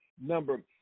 number